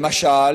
למשל